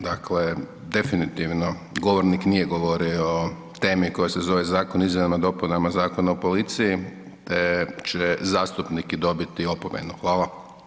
Dakle definitivno govornik nije govorio o temi koja se zove Zakon o izmjenama i dopunama Zakona o policiji te će zastupnik i dobiti opomenu, hvala.